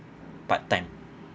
part time